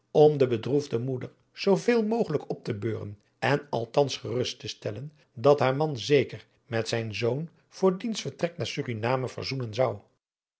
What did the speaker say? om de bedroefde moeder zooveel mogelijk op te beuren en althans gerust re stellen dat haar man zeker met zijn zoon voor diens vertrek naar suriname verzoenen zou